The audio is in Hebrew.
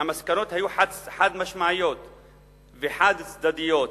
המסקנות היו חד-משמעיות וחד-צדדיות: